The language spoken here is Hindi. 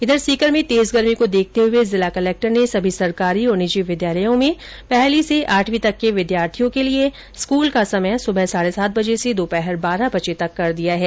इधर सीकर में तेज गर्मी को र्देखते हुए जिला कलेक्टर ने सभी सरकारी और निजी विद्यालयों में पहली से आठवीं तक के विद्यार्थियों के लिए स्कूल का समय सुबह साढे सात बजे से दोपहर बारह बजे तक कर दिया है